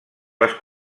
les